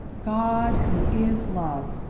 god who is love,